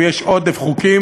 ויש עודף חוקים,